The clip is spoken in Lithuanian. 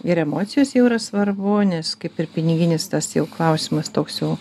ir emocijos jau yra svarbu nes kaip ir piniginis tas jau klausimas toks jau